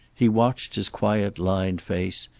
he watched his quiet, lined face,